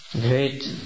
great